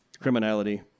criminality